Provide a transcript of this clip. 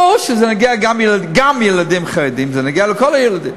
או שזה נוגע גם לילדים חרדים, זה נוגע לכל הילדים,